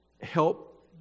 help